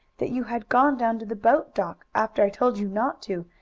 that you had gone down to the boat-dock, after i told you not to,